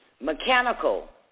mechanical